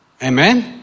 Amen